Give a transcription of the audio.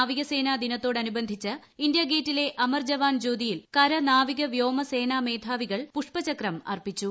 നാവികസേന ദിനത്തോടനുബന്ധിച്ച് ഇന്ത്യ ഗേറ്റിലെ അമർ ജവാൻ ജ്യോതിയിൽ കര നാവിക വ്യോമ സേനാ മേധാവികൾ പുഷ്പചക്രം അർപ്പിച്ചു